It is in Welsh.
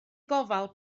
gofal